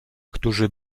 którzy